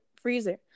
freezer